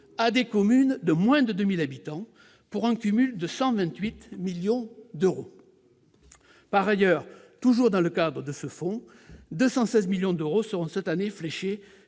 à des communes de moins de 2 000 habitants, pour un cumul de 128 millions d'euros. Par ailleurs, toujours dans le cadre de ce fonds, 216 millions d'euros seront cette année fléchés